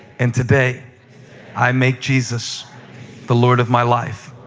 and today i make jesus the lord of my life.